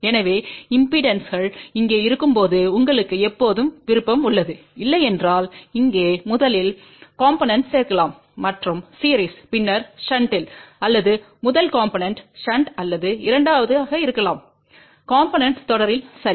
எனவே இம்பெடன்ஸ்கள் இங்கே இருக்கும்போது உங்களுக்கு எப்போதும் விருப்பம் உள்ளது இல்லையென்றால் இங்கே முதலில் காம்போனென்ட் சேர்க்கலாம் மற்றும் சீரிஸ் பின்னர் ஷண்டில் அல்லது முதல் காம்போனென்ட் ஷன்ட் அல்லது இரண்டாவதாக இருக்கலாம் காம்போனென்ட் தொடரில் சரி